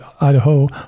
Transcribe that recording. Idaho